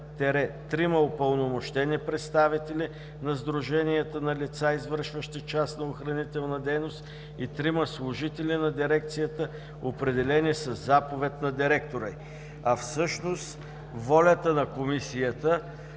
трима упълномощени представители на сдруженията на лица, извършващи частна охранителна дейност, и трима служители на дирекцията, определени със заповед на директора й.“ Всъщност волята на Комисията